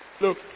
Look